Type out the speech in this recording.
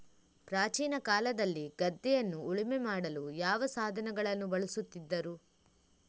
ಪ್ರಾಚೀನ ಕಾಲದಲ್ಲಿ ಗದ್ದೆಯನ್ನು ಉಳುಮೆ ಮಾಡಲು ಯಾವ ಸಾಧನಗಳನ್ನು ಬಳಸುತ್ತಿದ್ದರು?